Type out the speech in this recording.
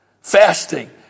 Fasting